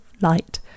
light